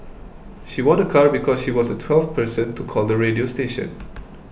she won a car because she was the twelfth person to call the radio station